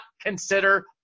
consider